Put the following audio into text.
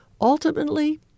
Ultimately